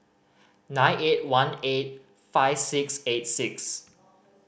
nine eight one eight five six eight six